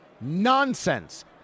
Nonsense